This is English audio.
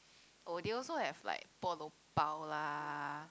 oh they also have like polo bao lah